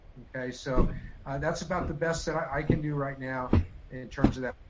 okay. so that's about the best that i can do right now in terms of that.